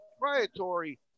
proprietary